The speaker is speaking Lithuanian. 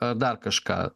ar dar kažką